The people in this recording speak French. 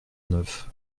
neuf